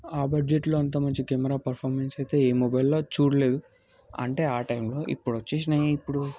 ఆ బడ్జెట్లో అంత మంచి కెమెరా పర్ఫామెన్స్ అయితే ఏ మొబైల్లో చూడలేదు అంటే ఆ టైంలో ఇప్పుడు వచ్చేసిన ఇప్పుడు